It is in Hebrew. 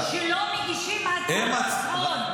שרים שלא מגישים הצהרות הון,